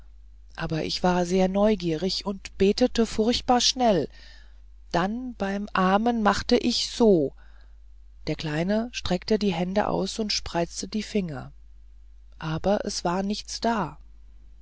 aber ich war sehr neugierig und betete furchtbar schnell dann beim amen machte ich so der kleine streckte die hände aus und spreizte die finger aber es war nichts da